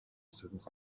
since